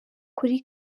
kuri